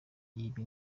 yibye